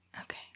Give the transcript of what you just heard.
Okay